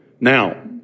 Now